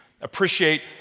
appreciate